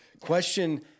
question